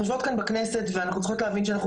אנחנו יושבות כאן בכנסת ואנחנו צריכות להבין שאנחנו